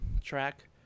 track